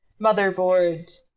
motherboard